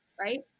right